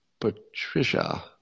Patricia